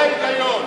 לחוק הזה היה היגיון.